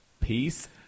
Peace